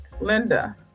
Linda